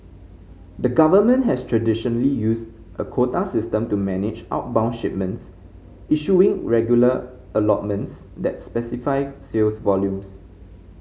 the government has traditionally used a quota system to manage outbound shipments issuing regular allotments that specify sales volumes